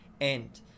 end